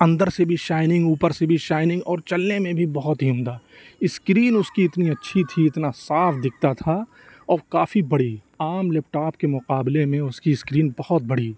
اندر سے بھی شائننگ اوپر سے بھی شائننگ اور چلنے میں بھی بہت ہی عمدہ اسکرین اس کی اتنی اچھی تھی اتنا صاف دکھتا تھا اور کافی بڑی عام لیپ ٹاپ کے مقابلے میں اس کی اسکرین بہت بڑی